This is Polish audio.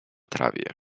trawie